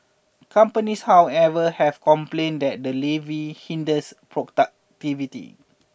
companies however have complained that the levy hinders productivity